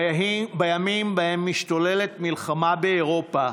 בימים שבהם משתוללת מלחמה באירופה,